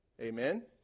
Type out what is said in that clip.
Amen